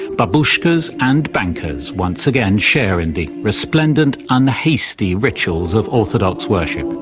babushkas and bankers once again share in the resplendent, unhasty rituals of orthodox worship.